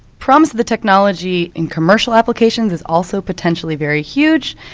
promise of the technology in commercial applications is also potentially very huge.